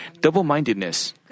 double-mindedness